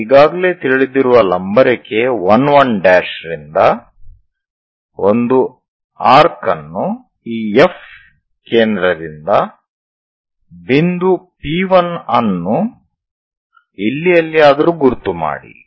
ನಾವು ಈಗಾಗಲೇ ತಿಳಿದಿರುವ ಲಂಬ ರೇಖೆ 1 1 ರಿಂದಒಂದು ಆರ್ಕ್ ಅನ್ನು ಈ F ಕೇಂದ್ರದಿಂದ ಬಿಂದು P1 ಅನ್ನು ಇಲ್ಲಿ ಎಲ್ಲಿಯಾದರೂ ಗುರುತು ಮಾಡಿ